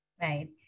Right